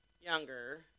younger